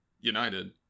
United